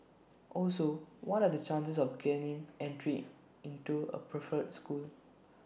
also what are the chances of gaining entry into A preferred school